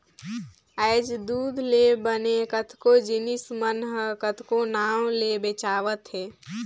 आयज दूद ले बने कतको जिनिस मन ह कतको नांव ले बेंचावत हे